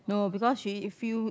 no because she feel